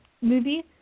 movie